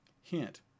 Hint